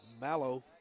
Mallow